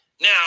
now